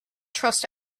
trust